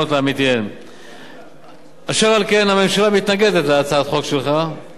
הממשלה מתנגדת להצעת החוק שלך ומבקשים מחברי הכנסת לדחות את ההצעה.